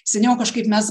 seniau kažkaip mes